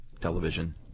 television